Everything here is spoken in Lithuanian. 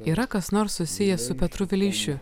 yra kas nors susiję su petru vileišiu